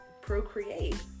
procreate